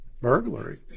burglary